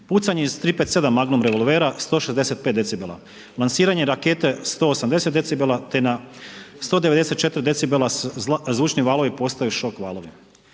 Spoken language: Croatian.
Pucanje iz 357 magnum revolvera 165 decibela. Lansiranje rakete 180 decibela te na 194 decibela zvučni valovi postaju šok valovi.